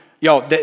Yo